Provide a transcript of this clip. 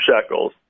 shekels